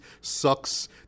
sucks